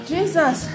Jesus